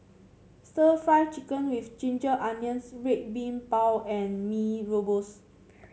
stir Fry Chicken with Ginger Onions Red Bean Bao and Mee Rebus